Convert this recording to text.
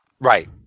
Right